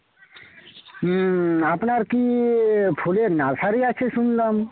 আপনার কি ফুলের নার্সারি আছে শুনলাম